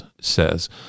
says